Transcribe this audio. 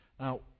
Now